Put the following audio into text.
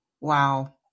Wow